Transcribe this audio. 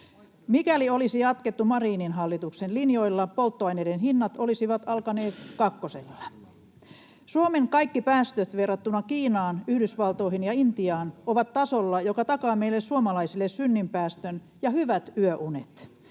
Mikäli olisi jatkettu Marinin hallituksen linjoilla, polttoaineiden hinnat olisivat alkaneet kakkosella. Suomen kaikki päästöt verrattuna Kiinaan, Yhdysvaltoihin ja Intiaan ovat tasolla, joka takaa meille suomalaisille synninpäästön ja hyvät yöunet.